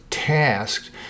Tasked